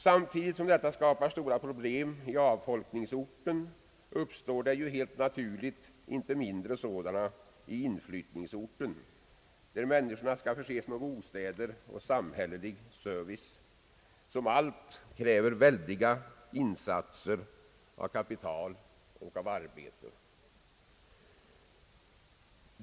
Samtidigt som detta skapar stora problem i avfolkningsorten, uppstår det helt naturligt inte mindre sådana i inflyttningsorten, där människorna skall förses med bostäder och samhällelig service, som allt kräver enorma insatser av kapital och av arbete.